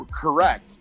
correct